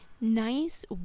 nice